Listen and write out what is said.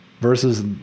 versus